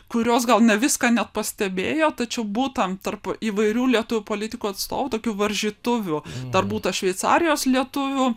kurios gal ne viską net pastebėjo tačiau būta tarp įvairių lietuvių politikų atstovų tokių varžytuvių dar būta šveicarijos lietuvių